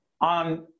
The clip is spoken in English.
On